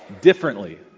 differently